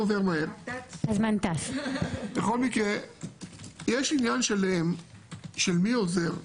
בכל אופן יש עניין שלם של מי עוזר.